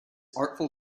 artful